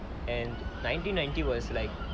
and nineteen ninety was like